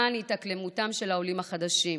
למען התאקלמותם של העולים החדשים.